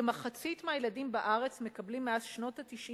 "כמחצית מהילדים בארץ מקבלים מאז שנות ה-90